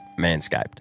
Manscaped